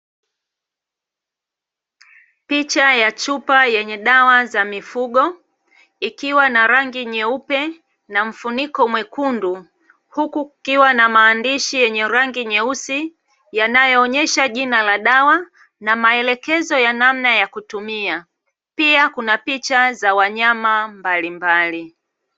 Picha ya chupa yenye dawa za mifugo ikiwa na rangi nyeupe na mfuniko mwekundu, huku kukiwa na maandishi yenye rangi nyeusi yanayoonyesha jina la dawa na maelekezo ya namna ya kutumia. Pia kuna picha za wanyama mbalimbali.